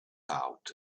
out